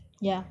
ya